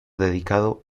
dedicado